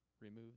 remove